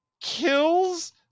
kills